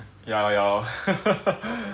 ya lor ya lor